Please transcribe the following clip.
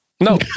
No